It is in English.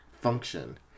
function